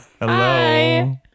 Hello